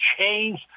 change